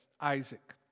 Isaac